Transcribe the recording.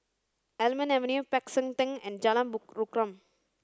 Almond Avenue Peck San Theng and Jalan Rukam